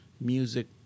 music